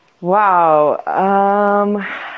Wow